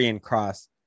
Cross